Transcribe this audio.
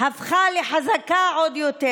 הפכה לחזקה עוד יותר.